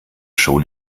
schon